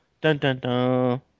Dun-dun-dun